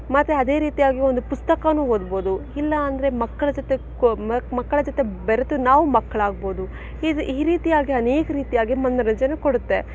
ಮತ್ತೆ ಅದೇ ರೀತಿಯಾಗಿ ಒಂದು ಪುಸ್ತಕನು ಓದ್ಬೋದು ಇಲ್ಲ ಅಂದರೆ ಮಕ್ಕಳ ಜೊತೆ ಮಕ್ಕಳ ಜೊತೆ ಬೆರೆತು ನಾವು ಮಕ್ಳಾಗ್ಬೋದು ಇದು ಈ ರೀತಿಯಾಗಿ ಅನೇಕ ರೀತಿಯಾಗಿ ಮನೋರಂಜನೆ ಕೊಡುತ್ತೆ